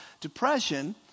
depression